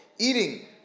Eating